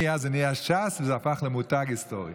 מאז זה נהיה ש"ס והפך למותג היסטורי.